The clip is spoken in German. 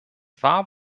war